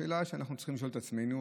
השאלה שאנחנו צריכים לשאול את עצמנו: